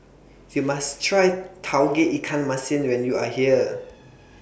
YOU must Try Tauge Ikan Masin when YOU Are here